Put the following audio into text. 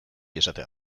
esatea